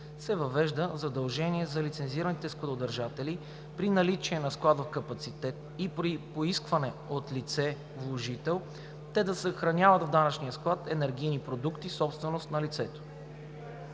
се въвежда задължение за лицензираните складодържатели при наличие на складов капацитет и при поискване от лице вложител те да съхраняват в данъчния склад енергийни продукти, собственост на лицето.